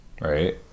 Right